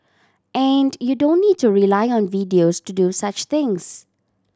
and you don't need to rely on videos to do such things